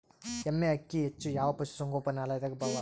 ಎಮ್ಮೆ ಅಕ್ಕಿ ಹೆಚ್ಚು ಯಾವ ಪಶುಸಂಗೋಪನಾಲಯದಾಗ ಅವಾ?